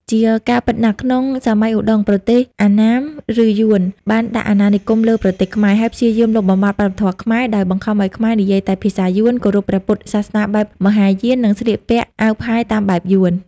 ជាការពិតណាស់ ក្នុងសម័យឧដុង្គ ប្រទេសអណ្ណាម ឬយួន បានដាក់អាណានិគមលើប្រទេសខ្មែរ ហើយព្យាយាមលុបបំបាត់វប្បធម៌ខ្មែរ ដោយបង្ខំឱ្យខ្មែរនិយាយតែភាសាយួន គោរពព្រះពុទ្ធសាសនាបែបមហាយាន និងស្លៀកពាក់អាវផាយតាមបែបយួន។